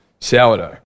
sourdough